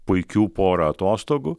puikių porą atostogų